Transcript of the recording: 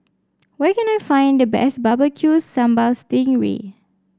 where can I find the best Barbecue Sambal Sting Ray